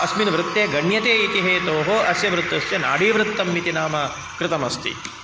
अस्मिन् वृत्ते गण्यते इति हेतोः अस्य वृत्तस्य नाडीवृत्तम् इति नाम कृतमस्ति